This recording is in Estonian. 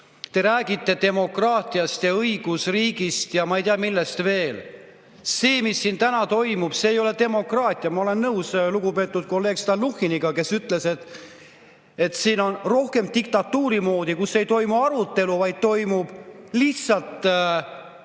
kes räägivad demokraatiast ja õigusriigist ja ma ei tea, millest veel. See, mis siin täna toimub, ei ole demokraatia. Ma olen nõus lugupeetud kolleegi Stalnuhhiniga, kes ütles, et see on rohkem diktatuuri moodi. Ei toimu arutelu, vaid toimub lihtsalt